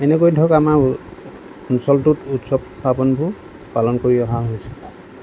এনেকৈ ধৰক আমাৰ অঞ্চলটোত উৎসৱ পাৰ্বণবোৰ পালন কৰি অহা হৈছে